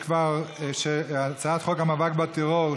הצעת חוק המאבק בטרור,